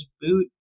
boot